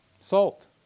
Salt